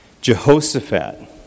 Jehoshaphat